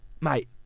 mate